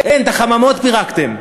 את החממות פירקתם,